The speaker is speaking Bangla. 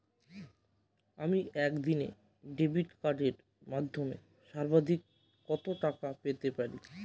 আমি একদিনে ডেবিট কার্ডের মাধ্যমে সর্বাধিক কত টাকা পেতে পারি?